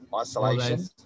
isolation